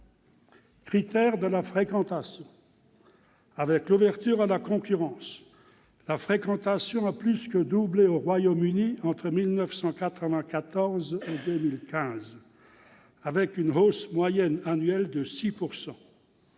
critère : la fréquentation. Avec l'ouverture à la concurrence, elle a plus que doublé au Royaume-Uni entre 1994 et 2015, avec une hausse moyenne annuelle de 6 %.